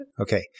Okay